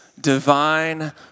divine